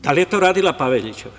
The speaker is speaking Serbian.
Da li je to radila Pavelićeva?